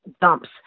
dumps